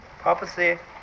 prophecy